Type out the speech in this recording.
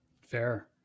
Fair